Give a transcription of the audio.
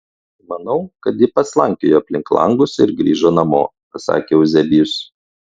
manau kad ji paslankiojo aplink langus ir grįžo namo pasakė euzebijus